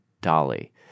Dolly